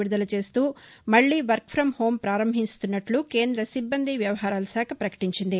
విడుదల చేస్తూ మళ్లీ వర్క్ పం హోం పారంభిస్తున్నట్ట కేంద సిబ్బంది వ్యవహారాల శాఖ ప్రపకటించింది